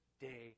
day